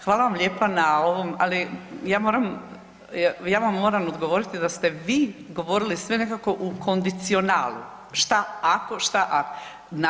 Hvala vam lijepa na ovom, ali ja vam moram odgovoriti da ste vi govorili sve nekako u kondicionalu šta ako, šta ali.